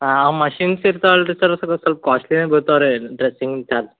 ಆ ಅವು ಮಷಿನ್ಸ್ ಇರ್ತವಲ್ಲ ರೀ ಸರ್ ಸರ್ ಸಲ್ಪ ಕಾಶ್ಟ್ಲಿಯೇ ಬೀಳ್ತಾವೆ ರೀ ಡ್ರೆಸಿಂಗ್ ಚಾರ್ಜ್